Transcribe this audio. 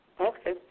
Okay